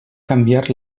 canviar